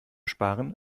sparen